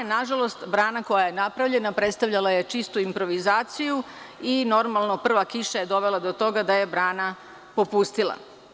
Na žalost, brana koja je napravljena predstavljala je čistu improvizaciju i normalno prva kiša je dovela do toga da je brana popustila.